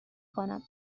کنم